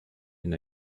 and